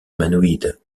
humanoïde